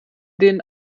den